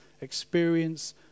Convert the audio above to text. experience